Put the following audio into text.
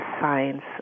science